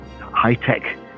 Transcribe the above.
high-tech